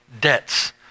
debts